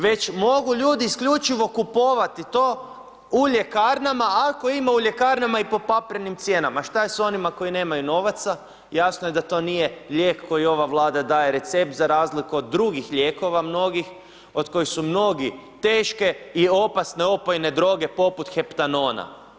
Već mogu ljudi isključivo kupovati to u ljekarnama, ako ima u ljekarnama i po paprenim cijenama, šta je s onima koji nemaju novaca, jasno je da to nije lijek koji ova Vlada daje recept za razliku od drugih lijekova mnogih od kojih su mnogi teške i opasne opojne droge poput Heptanona.